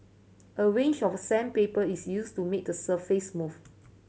a range of sandpaper is used to make the surface smooth